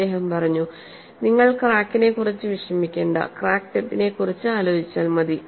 അദ്ദേഹം പറഞ്ഞു നിങ്ങൾ ക്രാക്കിനെക്കുറിച്ച് വിഷമിക്കേണ്ട ക്രാക്ക് ടിപ്പിനെക്കുറിച്ച് ആലോചിച്ചാൽ മതി